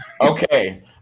Okay